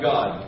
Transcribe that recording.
God